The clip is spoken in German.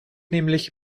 nämlich